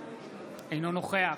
אינו נוכח